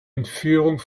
entführung